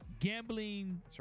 gambling